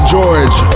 George